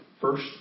first